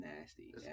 nasty